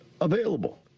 available